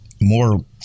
more